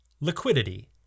Liquidity